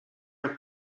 are